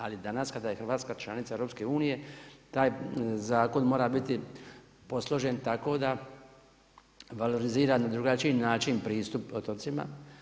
Ali danas kada je Hrvatska članica EU taj zakon mora biti posložen tako da valorizira na drugačiji način pristup otocima.